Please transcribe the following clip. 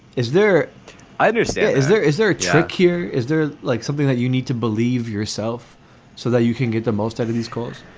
is there either so is there is there a trick here? is there like something that you need to believe yourself so that you can get the most out of these calls?